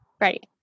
Right